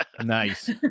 nice